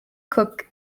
cooke